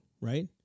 right